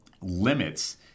limits